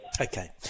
Okay